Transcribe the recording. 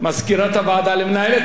למנהלת הוועדה לאה ורון,